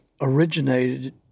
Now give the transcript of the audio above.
originated